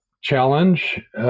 challenge